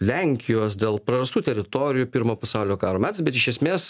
lenkijos dėl prarastų teritorijų pirmo pasaulinio karo metais bet iš esmės